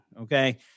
okay